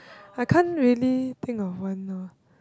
I can't really think of one lor